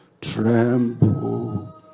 tremble